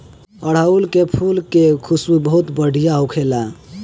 अढ़ऊल के फुल के खुशबू बहुत बढ़िया होखेला